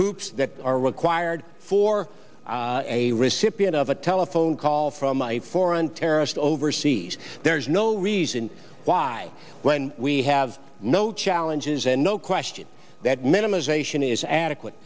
hoops that are required for a recipient of a telephone call from my foreign terrorist overseas there's no reason why when we have no challenges and no question that